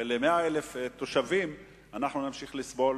ו-100,000 תושבים ימשיכו לסבול.